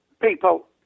people